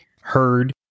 heard